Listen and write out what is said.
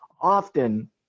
often